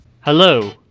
Hello